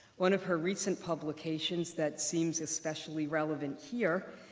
one of her recent publications, that seems especially relevant here,